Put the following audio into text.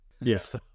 Yes